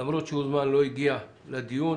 למרות שהוזמן לא הגיע לדיון.